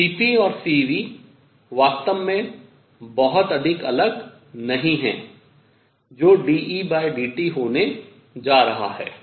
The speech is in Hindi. तो Cp और Cv वास्तव में बहुत अधिक अलग नहीं हैं जो dEdT होने जा रहा है